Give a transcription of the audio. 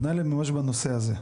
פנה אלינו ממש בנושא הזה.